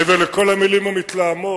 מעבר לכל המלים המתלהמות,